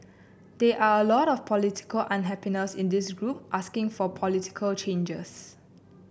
there are a lot of political unhappiness in this group asking for political changes